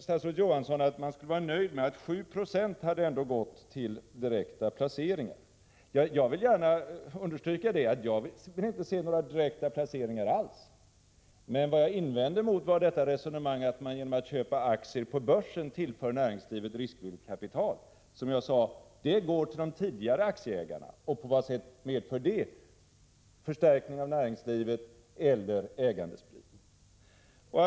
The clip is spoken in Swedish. Statsrådet Johansson tyckte att man skulle vara nöjd med att 7 96 ändå hade gått till direkta placeringar. Jag vill inte se några direkta placeringar alls, det vill jag gärna understryka. Men vad jag invände emot var detta resonemang om att man genom att köpa aktier på börsen tillför näringslivet riskvilligt kapital. Det går, som jag sade, till de tidigare aktieägarna. Och på vad sätt medför det förstärkning av näringslivet eller ägandespridning?